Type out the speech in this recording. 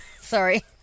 Sorry